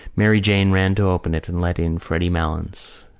mary jane ran to open it and let in freddy malins.